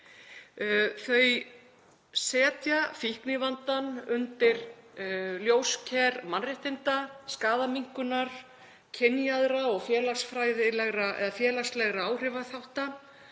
Þau setja fíknivandann undir ljósker mannréttinda, skaðaminnkunar, kynjaðra og félagslegra áhrifaþátta